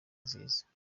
nziza